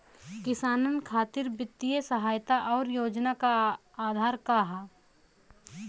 किसानन खातिर वित्तीय सहायता और योजना क आधार का ह?